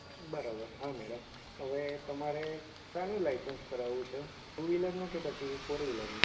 બરાબર હા મેડમ હવે તમારે શાનું લાઇસન્સ કરાવવું છે ટુ વ્હિલરનું કે પછી ફોર વ્હિલરનું